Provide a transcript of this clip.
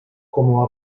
como